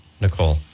Nicole